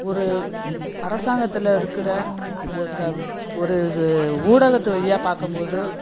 ஒரு அரசாங்கத்தில் இருக்கிற ஒரு க ஒரு இது ஊடகத்து வழியாக பார்க்கும்போது